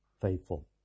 faithful